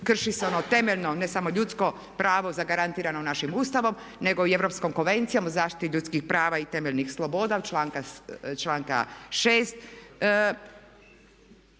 krši se ono temeljno ne samo ljudsko pravo zagarantirano našim Ustavom nego i Europskom konvencijom o zaštiti ljudskih prava i temeljnih sloboda članka 6.